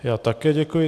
Já také děkuji.